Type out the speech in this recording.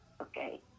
okay